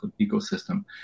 ecosystem